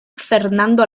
fernando